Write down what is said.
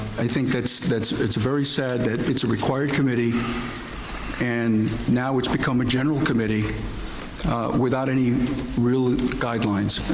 i think it's it's very sad that it's a required committee and now it's become a general committee without any real guidelines.